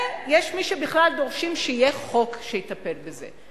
ויש מי שבכלל דורשים שיהיה חוק שיטפל בזה.